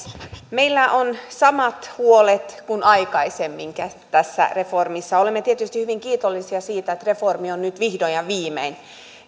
meillä on samat huolet kuin aikaisemminkin tässä reformissa olemme tietysti hyvin kiitollisia siitä että reformi on nyt vihdoin ja viimein